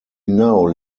now